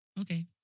Okay